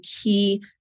key